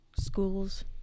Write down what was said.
schools